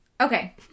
Okay